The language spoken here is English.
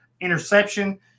interception